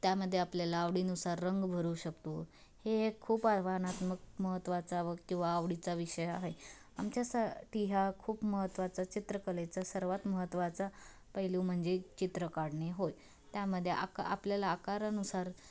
त्यामध्ये आपल्याला आवडीनुसार रंग भरू शकतो हे एक खूप आव्हानात्मक महत्त्वाचा व किंवा आवडीचा विषय आहे आमच्यासाठी हा खूप महत्त्वाचां चित्रकलेचा सर्वात महत्त्वाचा पैलू म्हणजे चित्र काढणे होय त्यामध्ये आका आपल्याला आकारानुसार